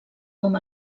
com